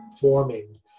forming